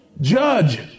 judge